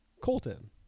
Colton